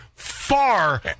far